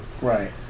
Right